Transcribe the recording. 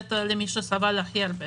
לתת למי שסבל הכי הרבה